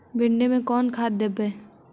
भिंडी में कोन खाद देबै?